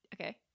Okay